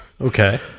Okay